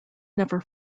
never